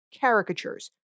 caricatures